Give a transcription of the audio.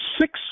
six